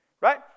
Right